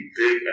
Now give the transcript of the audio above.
big